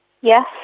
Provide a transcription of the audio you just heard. Yes